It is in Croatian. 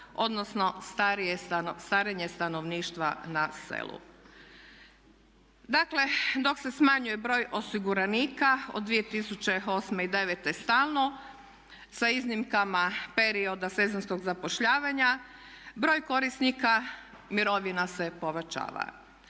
odnosno starenje stanovništva na selu. Dakle dok se smanjuje broj osiguranika od 2008. i '09. stalno sa iznimkama perioda sezonskog zapošljavanja, broj korisnika mirovina se povećava.